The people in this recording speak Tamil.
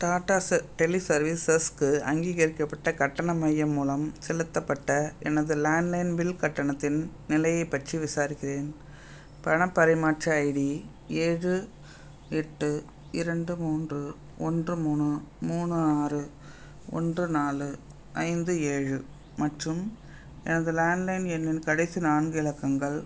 டாடாஸு டெலி சர்வீஸஸுக்கு அங்கீகரிக்கப்பட்ட கட்டண மையம் மூலம் செலுத்தப்பட்ட எனது லேண்ட்லைன் பில் கட்டணத்தின் நிலையை பற்றி விசாரிக்கிறேன் பணப் பரிமாற்ற ஐடி ஏழு எட்டு இரண்டு மூன்று ஒன்று மூணு மூணு ஆறு ஒன்று நாலு ஐந்து ஏழு மற்றும் எனது லேண்ட்லைன் எண்ணின் கடைசி நான்கு இலக்கங்கள்